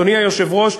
אדוני היושב-ראש,